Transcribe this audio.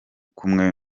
kumwe